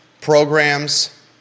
programs